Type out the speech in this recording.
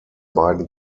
beiden